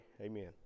amen